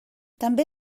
també